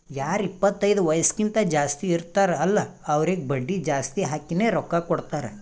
ಯಾರು ಇಪ್ಪತೈದು ವಯಸ್ಸ್ಕಿಂತಾ ಜಾಸ್ತಿ ಇರ್ತಾರ್ ಅಲ್ಲಾ ಅವ್ರಿಗ ಬಡ್ಡಿ ಜಾಸ್ತಿ ಹಾಕಿನೇ ರೊಕ್ಕಾ ಕೊಡ್ತಾರ್